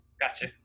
Gotcha